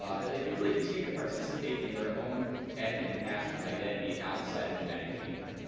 um that they can really continue to participate in their own ethnic and national identity outside of the united kingdom.